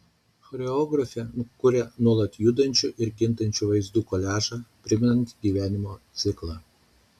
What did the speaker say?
choreografė kuria nuolat judančių ir kintančių vaizdų koliažą primenantį gyvenimo ciklą